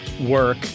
work